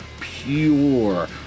pure